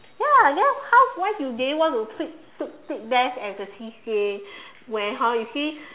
ya then how why do they want to take take take band as a C_C_A when hor you see